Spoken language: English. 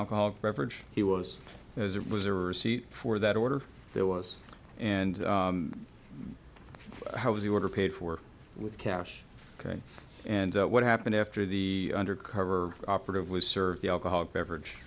alcoholic beverage he was as it was a receipt for that order there was and how was he ordered paid for with cash ok and what happened after the undercover operative was served the alcoholic beverage